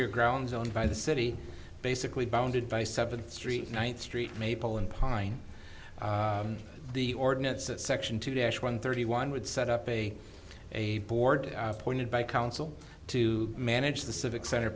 exterior grounds owned by the city basically bounded by seventh street ninth street maple and pine the ordinance that section two dash one thirty one would set up a a board pointed by council to manage the civic center